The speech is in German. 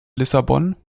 lissabon